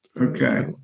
Okay